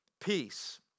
peace